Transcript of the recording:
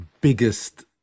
biggest